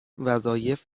وظایف